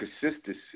consistency